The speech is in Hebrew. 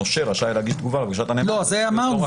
אמרנו